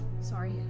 Sorry